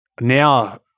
now